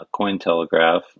Cointelegraph